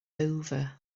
over